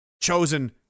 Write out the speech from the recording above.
chosen